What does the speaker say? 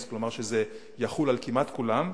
כלומר זה יחול כמעט על כולם,